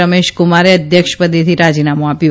રમેશકુમારે અધ્યક્ષપદેથી રાજીનામું આપ્યું